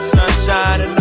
Sunshine